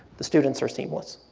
the students are seamless.